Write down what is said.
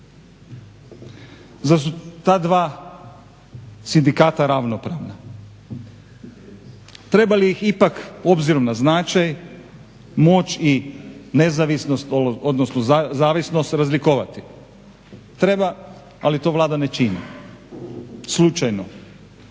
Zar su ta dva sindikata ravnopravna? Treba li ih ipak obzirom na značaj moć i nezavisnost, odnosno zavisnost razlikovati? Treba, ali to Vlada ne čini, slučajno.